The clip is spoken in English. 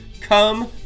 come